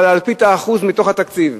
על אלפית האחוז מתוך התקציב.